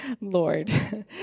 Lord